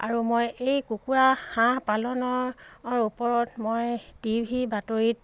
আৰু মই এই কুকুৰা হাঁহ পালনৰ ওপৰত মই টি ভি বাতৰিত